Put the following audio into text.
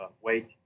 weight